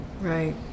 Right